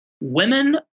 women